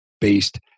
based